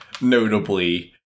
notably